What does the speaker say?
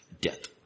death